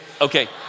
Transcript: Okay